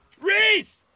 Reese